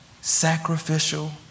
sacrificial